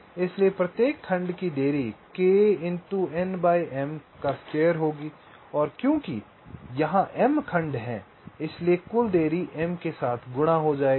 इसलिए प्रत्येक खंड की देरी होगी और क्यूंकि यहां m खंड हैं इसलिए कुल देरी m के साथ गुणा हो जाएगी